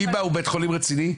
שיבא הוא בית חולים רציני.